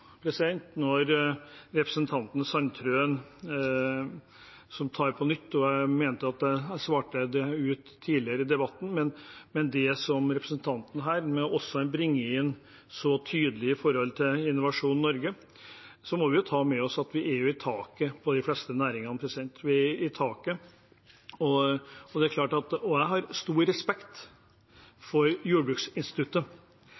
Når representanten Sandtrøen på nytt – jeg mente at jeg svarte det ut tidligere i debatten – bringer inn så tydelig Innovasjon Norge, må vi ta med oss at vi er i taket når det gjelder de fleste næringene. Jeg har stor respekt for jordbruksinstituttet, men det representanten Sandtrøen her prøver å legge opp til, er en detaljstyring som jeg